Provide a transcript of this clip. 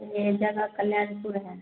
यह जगह कल्याणपुर है